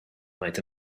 made